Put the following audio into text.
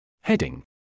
Heading